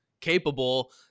capable